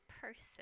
person